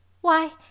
Why